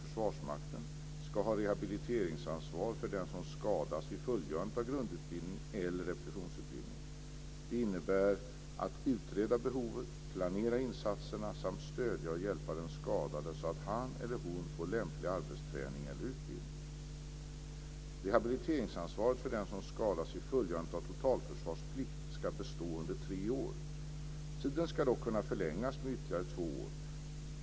Försvarsmakten, ska ha rehabiliteringsansvar för den som skadas vid fullgörandet av grundutbildning eller repetitionsutbildning. Det innebär att utreda behovet, planera insatserna samt stödja och hjälpa den skadade så att han eller hon får lämplig arbetsträning eller utbildning. Rehabiliteringsansvaret för den som skadas vid fullgörande av totalförsvarsplikt ska bestå under tre år. Tiden ska dock kunna förlängas med ytterligare två år.